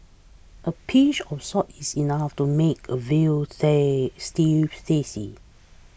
a pinch of salt is enough to make a veal stay stew tasty